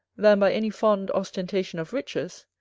than by any fond ostentation of riches,